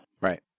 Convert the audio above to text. Right